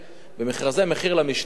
במכרזי מחיר למשתכן,